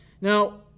Now